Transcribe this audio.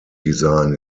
design